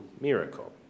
miracle